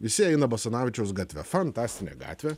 visi eina basanavičiaus gatve fantastinė gatvė